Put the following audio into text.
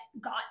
got